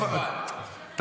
אבל חוק הגיוס.